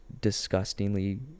disgustingly